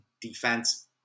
defense